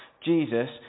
Jesus